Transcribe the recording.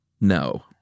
No